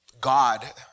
God